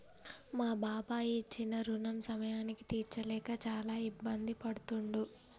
మా బాబాయి ఇచ్చిన రుణం సమయానికి తీర్చలేక చాలా ఇబ్బంది పడుతుండు